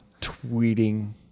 tweeting